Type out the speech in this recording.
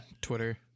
Twitter